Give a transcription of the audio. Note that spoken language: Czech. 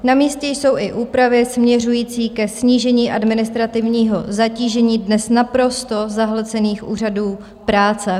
Namístě jsou i úpravy směřující ke snížení administrativního zatížení dnes naprosto zahlcených úřadů práce.